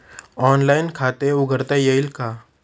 Online खाते उघडता येईल का?